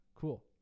cool